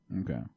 Okay